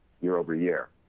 year-over-year